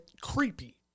creepy